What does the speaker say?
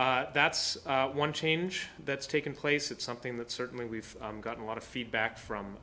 so that's one change that's taken place it's something that certainly we've gotten a lot of feedback from